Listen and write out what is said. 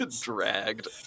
Dragged